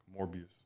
Morbius